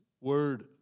word